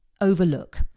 overlook